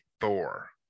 Thor